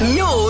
no